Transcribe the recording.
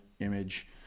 image